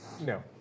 No